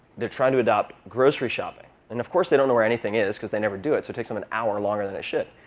they're trying to adopt grocery shopping. and of course they don't know where anything is, because they never do it, so it takes them an hour longer than it should.